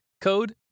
code